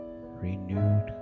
renewed